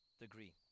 degree